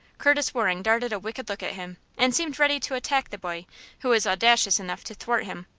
curtis waring darted a wicked look at him, and seemed ready to attack the boy who was audacious enough to thwart him,